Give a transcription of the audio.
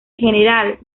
general